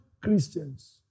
Christians